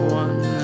one